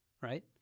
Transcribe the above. right